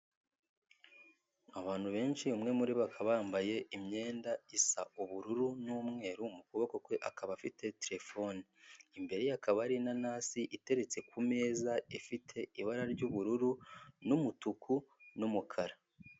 Abantu benshi, umwe muri bo akaba yambaye imyenda isa ubururu n'umweru, mu kuboko kwe akaba afite telefone. Imbere ye hakaba hari inanasi iteretse ku meza ifite ibara ry'ubururu, n'umutuku n'umukara.